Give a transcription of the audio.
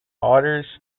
otters